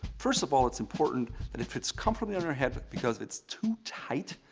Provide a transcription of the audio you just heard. first of all, it's important that it fits comfortably on your head because it's too tight,